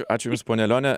ačiū jums pone lione